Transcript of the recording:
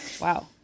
wow